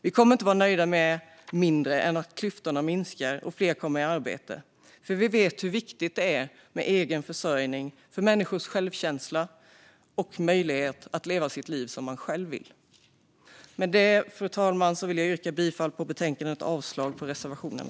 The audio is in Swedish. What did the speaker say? Vi kommer inte att vara nöjda med mindre än att klyftorna minskar och fler kommer i arbete, för vi vet hur viktig en egen försörjning är för människors självkänsla och möjlighet att leva det liv de själva vill. Fru talman! Jag yrkar bifall till utskottets förslag och avslag på reservationerna.